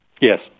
Yes